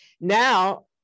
now